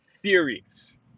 furious